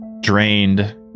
drained